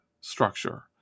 structure